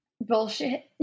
bullshit